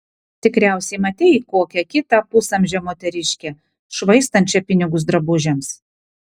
tikriausiai matei kokią kitą pusamžę moteriškę švaistančią pinigus drabužiams